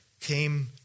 came